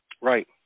Right